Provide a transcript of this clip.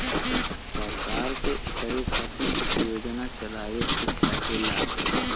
सरकार के इकरे खातिर कुछ योजना चलावे के चाहेला